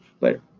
Later